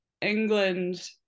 England